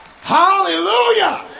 Hallelujah